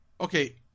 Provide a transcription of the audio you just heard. Okay